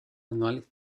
anuales